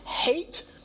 hate